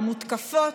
המותקפות,